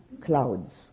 clouds